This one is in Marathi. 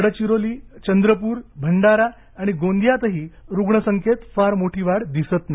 गडचिरोली चंद्रपूर भंडारा आणि गोंदियातही रुग्णसंख्येत फार मोठी वाढ दिसत नाही